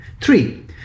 Three